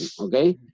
okay